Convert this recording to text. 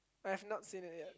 I have not seen it yet